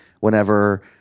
whenever